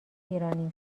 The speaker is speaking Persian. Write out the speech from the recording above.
ایرانی